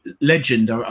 Legend